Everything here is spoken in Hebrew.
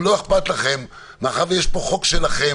אם לא אכפת לכם, מאחר שיש פה חוק שלכם,